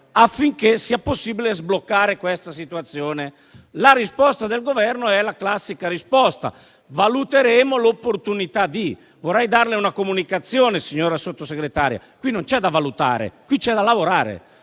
affinché sia possibile sbloccare questa situazione. La risposta del Governo è quella classica che "valuterà l'opportunità di". Vorrei darle una comunicazione, signora Sottosegretario: qui non c'è da valutare, qui c'è da lavorare,